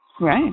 Right